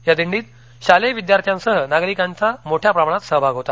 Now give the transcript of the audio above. या दिंडीत शालेय विद्यार्थ्यांसह नागरिकांचा मोठ्या प्रमाणात सहभाग होता